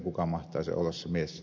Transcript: kuka mahtaa olla se mies